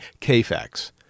KFAX